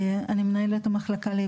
שמי ד"ר איזבלה קרקיס,